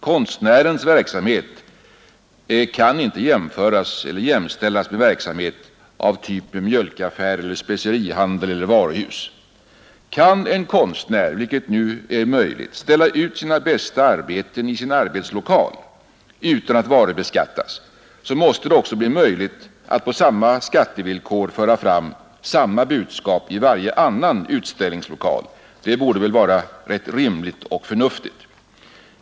Konstnärens verksamhet kan inte jämställas med verksamhet av typen mjölkaffär eller specerihandel eller varuhus. Kan en konstnär, vilket nu är möjligt, ställa ut sina bästa arbeten i sin arbetslokal utan att varubeskattas måste det också bli möjligt att på samma skattevillkor föra fram samma budskap i varje annan utställningslokal. Det borde väl vara rätt rimligt och förnuftigt.